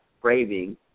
craving